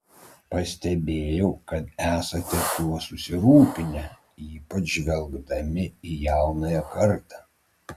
pastebėjau kad esate tuo susirūpinę ypač žvelgdami į jaunąją kartą